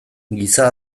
giza